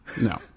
No